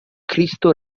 cristo